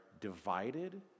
divided